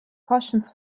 passion